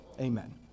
amen